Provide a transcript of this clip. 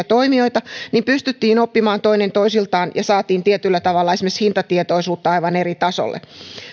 toimijoita niin pystyttiin oppimaan toinen toiseltaan ja saatiin tietyllä tavalla esimerkiksi hintatietoisuutta aivan eri tasolle